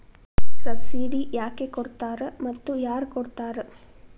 Subsidy ಯಾಕೆ ಕೊಡ್ತಾರ ಮತ್ತು ಯಾರ್ ಕೊಡ್ತಾರ್?